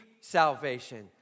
salvation